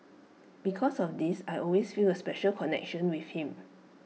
because of this I always feel A special connection with him